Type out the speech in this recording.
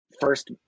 First